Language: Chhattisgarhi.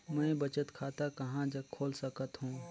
मैं बचत खाता कहां जग खोल सकत हों?